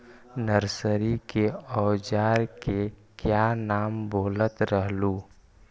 Nursery के ओजार के क्या नाम बोलत रहलू?